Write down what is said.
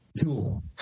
tool